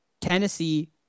Tennessee